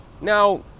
now